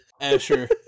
Asher